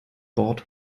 bord